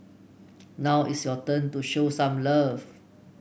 now it's your turn to show some love